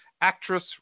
actress